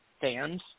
fans